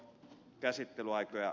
arvoisa puhemies